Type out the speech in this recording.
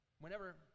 Whenever